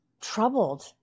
troubled